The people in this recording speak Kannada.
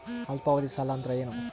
ಅಲ್ಪಾವಧಿ ಸಾಲ ಅಂದ್ರ ಏನು?